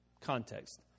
context